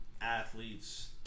athletes